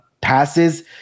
passes